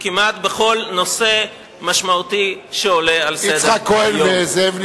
היא כמעט בכל נושא משמעותי שעולה על סדר-היום.